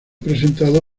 presentado